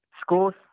schools